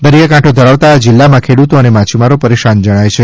દરિથાકાંઠો ધરાવતા આ જિલ્લામાં ખેડૂતો અને માછીમારો પરેશાન જણાયા છે